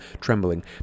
trembling